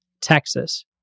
Texas